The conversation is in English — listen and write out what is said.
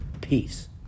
Peace